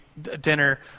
dinner